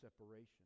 separation